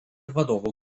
vadovų